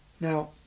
Now